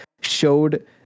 showed